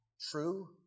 true